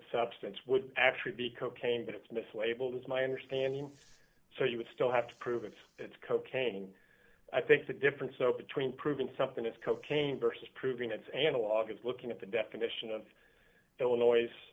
substance would actually be cocaine but it's mislabeled as my understanding so you would still have to prove it's it's cocaine i think the difference between proving something is cocaine versus proving it's analog is looking at the definition of illinois